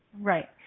Right